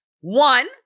one